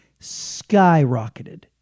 Skyrocketed